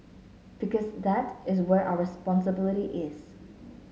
because that is where our responsibility is